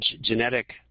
genetic